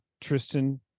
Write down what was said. Tristan